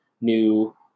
new